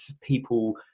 people